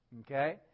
Okay